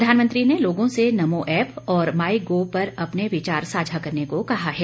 प्रधानमंत्री ने लोगों से नमो ऐप और माइ गॉव पर अपने विचार साझा करने को कहा है